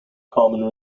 carmen